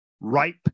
ripe